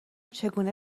چگونه